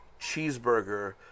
cheeseburger